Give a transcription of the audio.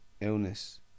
illness